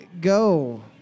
Go